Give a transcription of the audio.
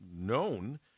known